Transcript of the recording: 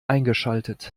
eingeschaltet